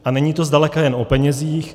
A není to zdaleka jen o penězích.